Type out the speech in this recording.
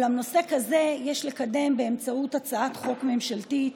אולם נושא כזה יש לקדם באמצעות הצעת חוק ממשלתית.